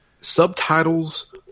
subtitles